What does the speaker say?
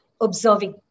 observing